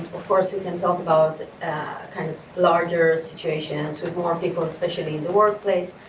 of course we can talk about kind of larger situations with more people especially in the workplace.